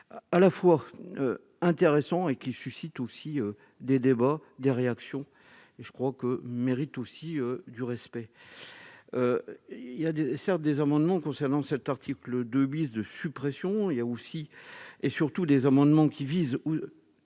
à la fois intéressants et qui suscite aussi des débats, des réactions et je crois que mérite aussi du respect, il y a certes des amendements concernant cet article 2 bis de suppression, il y a aussi et surtout des amendements qui visent